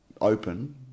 open